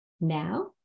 now